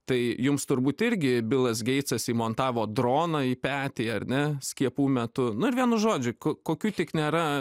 tai jums turbūt irgi bilas geitsas įmontavo droną į petį ar ne skiepų metu nu vienu žodžiu kokių tik nėra